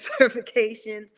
certifications